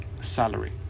salary